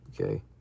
Okay